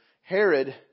Herod